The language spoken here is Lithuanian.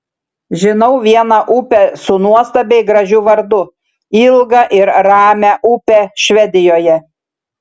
žinau vieną upę su nuostabiai gražiu vardu ilgą ir ramią upę švedijoje